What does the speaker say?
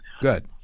good